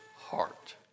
heart